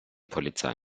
polizei